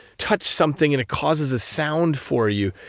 touch something and it causes a sound for you.